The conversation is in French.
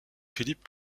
philip